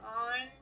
on